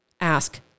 ask